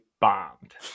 bombed